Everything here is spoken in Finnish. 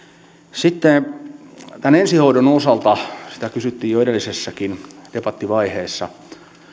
sitten ensihoidon osalta sitä kysyttiin jo edellisessäkin debattivaiheessa